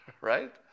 right